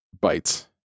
bites